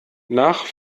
nach